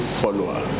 follower